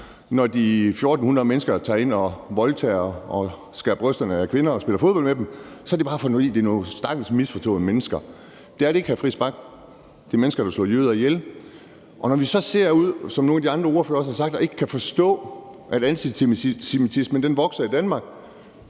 Når de 1.400 mennesker tager ind og voldtager og skærer brysterne af kvinder og spiller fodbold med dem, er det bare, fordi de er nogle stakkels misforståede mennesker. Det er det ikke, hr. Christian Friis Bach. Det er mennesker, der vil slå jøder ihjel. Så ser man ud – som nogle af de andre ordførere også har sagt – og kan ikke forstå, at antisemitismen vokser i Danmark.